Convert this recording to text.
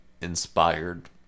inspired